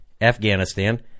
Afghanistan